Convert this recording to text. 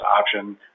option